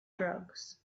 drugs